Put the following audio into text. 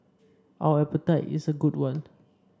our appetite is a good one